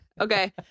okay